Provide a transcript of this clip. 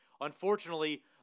Unfortunately